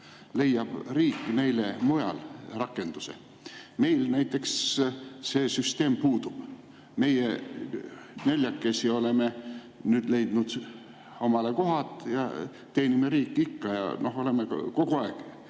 leiab riik neile mujal rakenduse. Meil see süsteem puudub. Meie neljakesi oleme nüüd leidnud omale koha, teenime riiki ikka, aga oleme kogu aeg